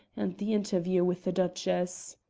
and the interview with the duchess.